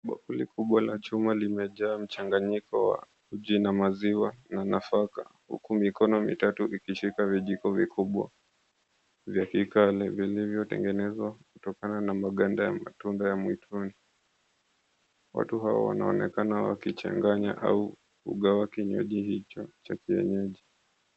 Kibakuli kubwa la chuma limejaa mchanyiko wa jina maziwa nafaka huku mikono mitatu vikishika vijiko vikubwa vya hikali vilivyotengenezwa kutokana na maganda ya matunda ya mikwaju. Watu hawa wanaonekana wakigawa au kuchanganya kinywaji hicho cha kienyeji.